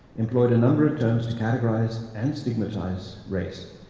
employed a number of terms to categorize and stigmatized race,